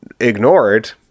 ignored